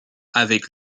avec